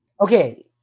Okay